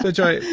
ah joy,